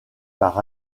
par